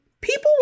people